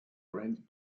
grand